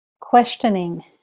questioning